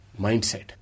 mindset